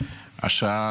השעה